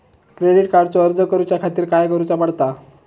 Credit कार्डचो अर्ज करुच्या खातीर काय करूचा पडता?